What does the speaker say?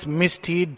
misty